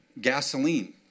gasoline